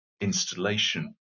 installation